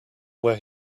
where